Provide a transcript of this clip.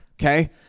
okay